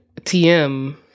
TM